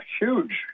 huge